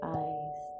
eyes